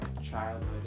childhood